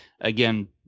Again